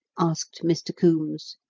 asked mr. coombes.